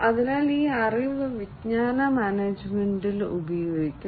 അതിനാൽ ഈ അറിവ് വിജ്ഞാന മാനേജ്മെന്റിൽ ഉപയോഗിക്കും